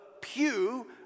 pew